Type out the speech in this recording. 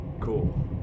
Cool